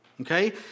okay